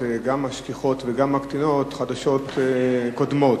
גם משכיחות וגם מקטינות חדשות קודמות.